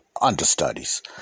understudies